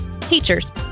Teachers